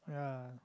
ya